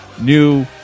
new